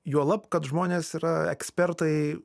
juolab kad žmonės yra ekspertai